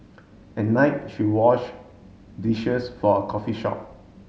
at night she wash dishes for a coffee shop